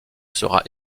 sera